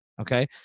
okay